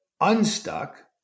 unstuck